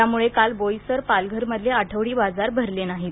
त्यामुळे काल बोईसर पालघरमधले आठवडी बाजार भरले नाहीत